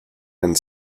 and